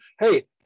hey